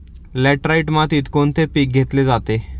Laterite मातीत कोणते पीक घेतले जाते?